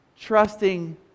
trusting